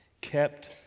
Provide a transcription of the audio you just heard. kept